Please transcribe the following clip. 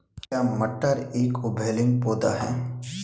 क्या मटर एक उभयलिंगी पौधा है?